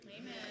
Amen